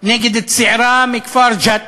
נגד צעירה מכפר ג'ת,